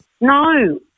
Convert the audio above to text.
No